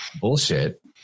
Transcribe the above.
bullshit